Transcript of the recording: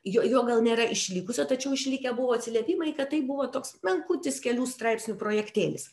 jo jo gal nėra išlikusio tačiau išlikę buvo atsiliepimai kad tai buvo toks menkutis kelių straipsnių projektėlis